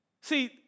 See